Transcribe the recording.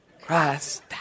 Christ